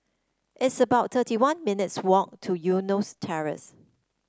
it's about thirty one minutes' walk to Eunos Terrace